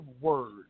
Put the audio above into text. word